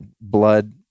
blood